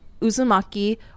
uzumaki